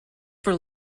for